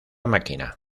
máquina